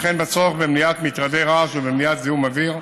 וכן בצורך במניעת מטרדי רעש ובמניעת זיהום אוויר,